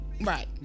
Right